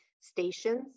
stations